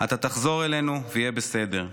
אתה תחזור אלינו, ויהיה בסדר.